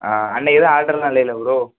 ஆ அன்றைக்கி எதுவும் ஆர்டர்லாம் இல்லயில்ல ப்ரோ